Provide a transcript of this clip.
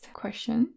question